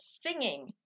singing